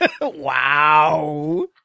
Wow